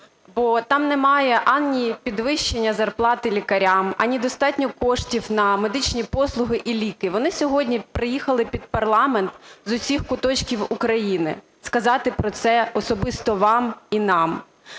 бо там немає, ані підвищення зарплати лікарям, ані достатньо коштів на медичні послуги і ліки. Вони сьогодні приїхали під парламент з усіх куточків України сказати про це особисто вам і нам.